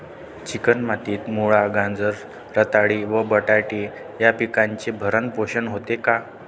Chicken मातीत मुळा, गाजर, रताळी व बटाटे या पिकांचे भरण पोषण होते का?